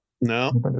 No